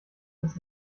ist